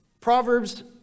Proverbs